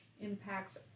impacts